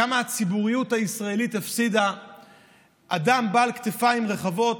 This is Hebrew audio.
כמה הציבוריות הישראלית הפסידה אדם בעל כתפיים רחבות,